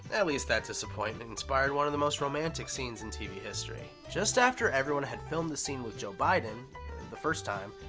at least that disappointment inspired one of the most romantic scenes in tv history. just after everyone had filmed the scene with joe biden the first time,